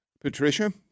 Patricia